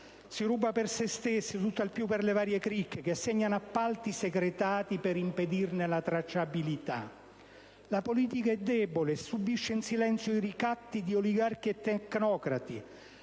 si ruba per se stessi o tutt'al più per le varie cricche che assegnano appalti secretati per impedirne la tracciabilità. La politica è debole e subisce in silenzio i ricatti di oligarchi e tecnocrati,